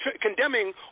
condemning